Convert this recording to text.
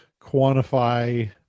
quantify